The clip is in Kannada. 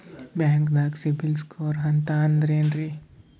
ಬ್ಯಾಂಕ್ದಾಗ ಸಿಬಿಲ್ ಸ್ಕೋರ್ ಅಂತ ಅಂದ್ರೆ ಏನ್ರೀ?